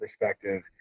perspective